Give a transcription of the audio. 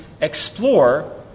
explore